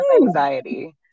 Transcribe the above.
anxiety